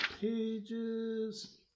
pages